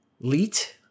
Leet